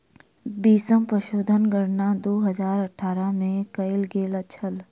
बीसम पशुधन गणना दू हजार अठारह में कएल गेल छल